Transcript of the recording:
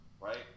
right